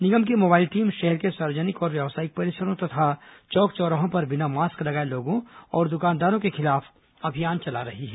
निगम की mobile team शहर के सार्वजनिक और व्यावसायिक परिसरों तथा चौक चौराहों पर बिना मास्क लगाए लोगों और दुकानदारों के खिलाफ अभियान चला रही है